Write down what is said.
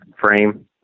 frame